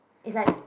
it's like